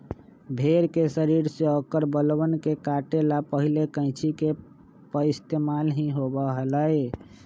भेड़ के शरीर से औकर बलवन के काटे ला पहले कैंची के पइस्तेमाल ही होबा हलय